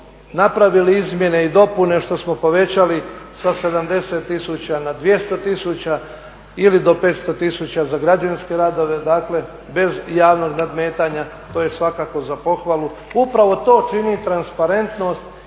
napravili, izmjene i dopune što smo povećali sa 70 tisuća na 200 tisuća ili do 500 tisuća za građevinske radove, dakle bez javnog nadmetanja. To je svakako za pohvalu. Upravo to čini transparentnost